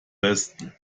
besten